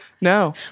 No